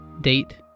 Date